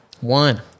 One